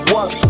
one